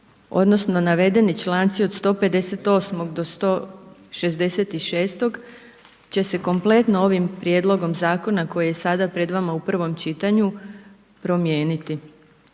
odnosno navedeni članci od 158. do 166. će se kompletno ovim prijedlogom zakona koji je sad pred vama u prvom čitanju promijeniti